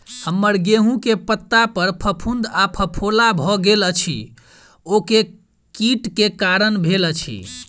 हम्मर गेंहूँ केँ पत्ता पर फफूंद आ फफोला भऽ गेल अछि, ओ केँ कीट केँ कारण भेल अछि?